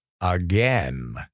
again